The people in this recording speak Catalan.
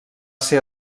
ser